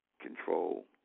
control